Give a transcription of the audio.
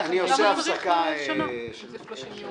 (הישיבה נפסקה בשעה 15:20